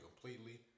completely